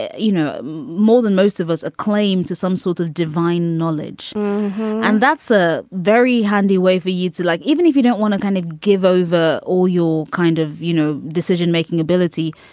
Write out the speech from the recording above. you know, more than most of us a claim to some sort of divine knowledge. and that's a very handy way for you to like, even if you don't want to kind of give over all your kind of, you know, decision making ability,